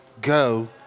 Go